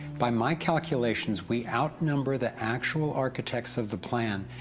by my calculations, we outnumber the actual architects of the plan,